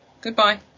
Goodbye